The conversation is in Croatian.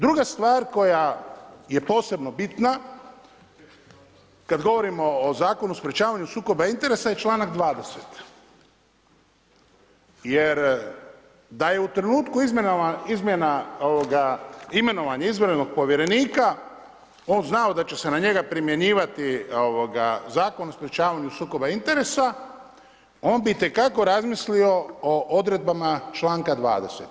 Druga stvar koja je posebno bitna, kada govorimo o Zakonu o sprečavanju sukoba interesa i članak 20. jer da je u trenutku imenovanje izvanrednog povjerenika on znao da će se na njega primjenjivati Zakon o sprečavanju sukoba interesa on bi itekako razmislio o odredbama članka 20.